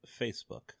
facebook